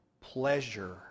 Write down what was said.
pleasure